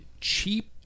cheap